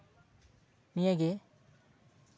ᱱᱤᱭᱟᱹ ᱜᱮ